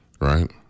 right